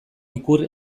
ikur